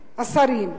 השרים?